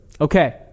Okay